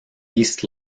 east